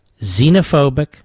xenophobic